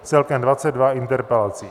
Celkem 22 interpelací.